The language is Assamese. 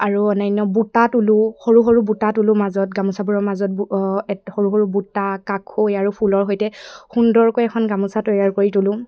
আৰু অন্যান্য বুটা তোলোঁ সৰু সৰু বুটা তোলোঁ মাজত গামোচাবোৰৰ মাজত সৰু সৰু বুটা কাষৈ আৰু ফুলৰ সৈতে সুন্দৰকৈ এখন গামোচা তৈয়াৰ কৰি তোলোঁ